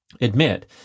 admit